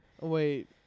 Wait